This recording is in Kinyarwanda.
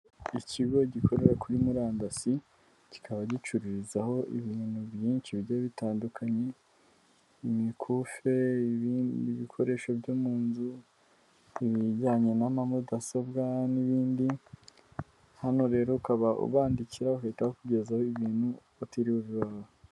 Ikigo gikorera kuri murandasi kikaba gicururizaho ibintu byinshi bigiye bitandukanye imikufe, ibikoresho byo mu nzu, ibijyanye n'amamudasobwa n'ibindi hano rero ukaba ubandikira bagahita bakugezaho ibintu utiriwe uva iwawe.